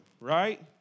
right